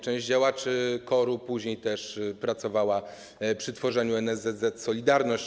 Część działaczy KOR-u później też pracowała przy tworzeniu NSZZ „Solidarność”